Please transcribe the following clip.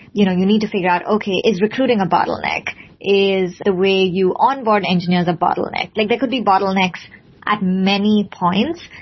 you know you need to figure out okay, is recruiting a bottleneck is the way you onboard engineers a bottleneck? like there could be bottlenecks at many points.